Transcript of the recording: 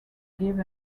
give